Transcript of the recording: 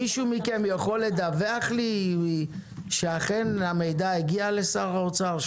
מישהו מכם יכול לדוח לי שהמידע אכן הגיע לשר האוצר,